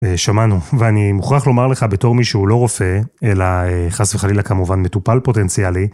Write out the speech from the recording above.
שמענו, ואני מוכרח לומר לך בתור מי שהוא לא רופא, אלא חס וחלילה כמובן מטופל פוטנציאלי,